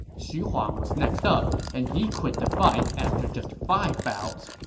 xu huang was next up, and he quit the fight after just five bouts.